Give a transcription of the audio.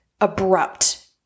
abrupt